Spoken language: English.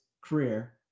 career